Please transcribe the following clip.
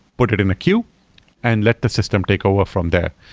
put it in a queue and let the system take over from there.